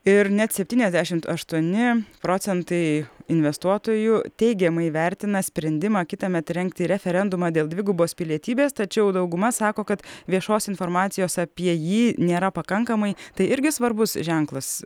ir net septyniasdešimt aštuoni procentai investuotojų teigiamai vertina sprendimą kitąmet rengti referendumą dėl dvigubos pilietybės tačiau dauguma sako kad viešos informacijos apie jį nėra pakankamai tai irgi svarbus ženklas